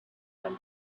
when